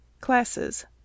Classes